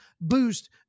boost